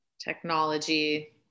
Technology